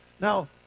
Now